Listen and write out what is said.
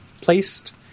placed